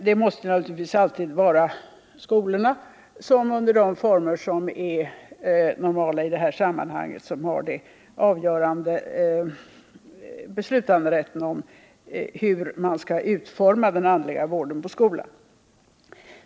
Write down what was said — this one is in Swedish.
Det måste naturligtvis alltid vara skolorna som — under de former som är normala i detta sammanhang — har den avgörande rätten att besluta hur man skall utforma den andliga vården på skolan.